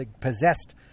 possessed